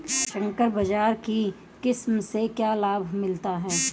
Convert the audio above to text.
संकर बाजरा की किस्म से क्या लाभ मिलता है?